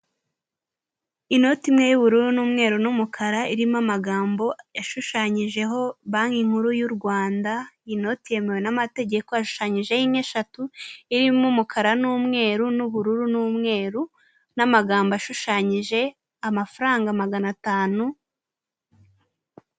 Inoti imwe y'ubururu n'umweru numukara irimo amagambo ashushanyijeho banki nkuru y’ u Rwanda inote yemewe n'amategeko ashushanyijehoka inka eshatu, irimo umukara, n'umweru, n’ ubururu n'umweru n'amagambo ashushanyije amafaranga magana atanu.